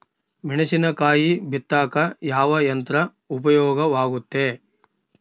ಮೆಣಸಿನಕಾಯಿ ಬಿತ್ತಾಕ ಯಾವ ಯಂತ್ರ ಉಪಯೋಗವಾಗುತ್ತೆ?